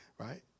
Right